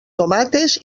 tomates